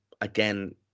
again